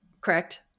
correct